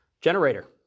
Generator